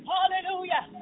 Hallelujah